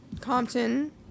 Compton